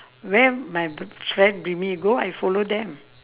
where my friend bring me go I follow them